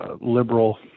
liberal